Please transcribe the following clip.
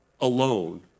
alone